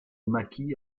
maquis